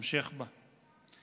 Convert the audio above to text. המשך בה.